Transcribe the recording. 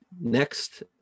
next